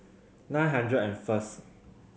nine hundred and first